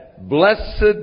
Blessed